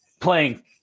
playing